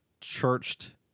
churched